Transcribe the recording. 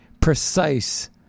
precise